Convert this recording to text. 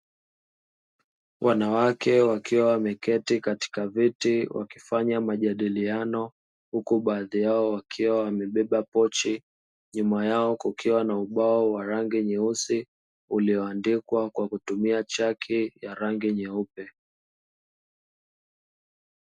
Wanawake wakiwa wameketi katika viti wakifanya majadiliano. Wengine kati yao wamebeba pochi. Nyuma yao kuna ubao wa rangi nyeusi uliyoandikwa kwa kutumia chaki nyeupe.